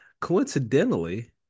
Coincidentally